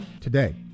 today